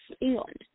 England